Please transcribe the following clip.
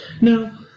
No